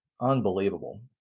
unbelievable